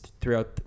throughout